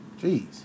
Jeez